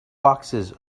foxes